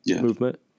movement